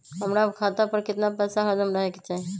हमरा खाता पर केतना पैसा हरदम रहे के चाहि?